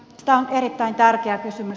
tämä on erittäin tärkeä kysymys